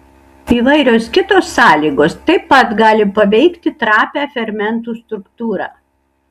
įvairios kitos sąlygos taip pat gali paveikti trapią fermentų struktūrą